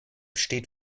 steht